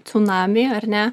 cunamiai ar ne